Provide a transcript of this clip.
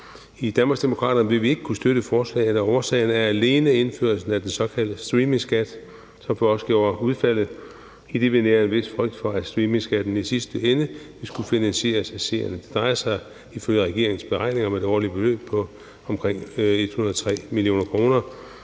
I Danmarksdemokraterne vil vi ikke kunne støtte forslaget, og årsagen er alene indførelsen af den såkaldte streamingskat, som for os gjorde udfaldet, idet vi nærer en vis frygt for, at streamingskatten i sidste ende vil skulle finansieres af seerne. Det drejer sig ifølge regeringens beregninger om et årligt beløb på omkring 103 mio. kr.